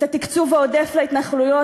התקצוב העודף להתנחלויות,